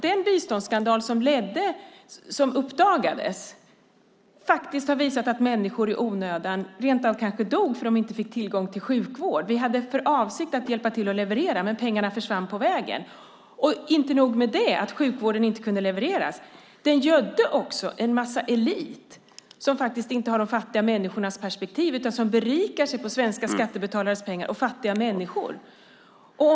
Den biståndsskandal som uppdagades innebar att människor i onödan rent av kanske dog för att de inte fick tillgång till sjukvård. Vi hade för avsikt att leverera, men pengarna försvann på vägen, men inte nog med det. Den gödde också en elit, som inte hade de fattiga människornas perspektiv utan berikade sig på svenska skattebetalares pengar och på fattiga människors bekostnad.